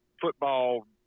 Football